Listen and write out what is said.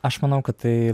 aš manau kad tai